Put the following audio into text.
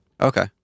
okay